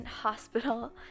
hospital